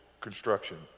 construction